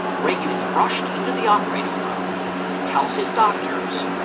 reagan is rushed into the operating room and tells his doctors,